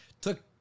Took